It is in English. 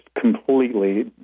completely